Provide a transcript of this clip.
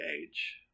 age